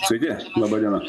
sveiki laba diena